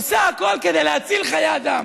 עושה הכול כדי להציל חיי אדם.